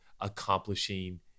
accomplishing